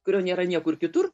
kurio nėra niekur kitur